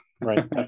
Right